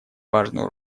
важную